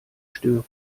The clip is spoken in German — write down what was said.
stören